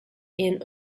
and